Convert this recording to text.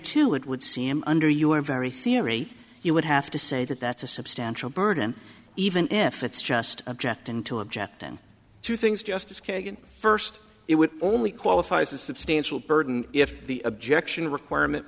too it would seem under your very theory you would have to say that that's a substantial burden even if it's just object into objecting to things justice kagan first it would only qualifies as a substantial burden if the objection requirement